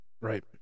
Right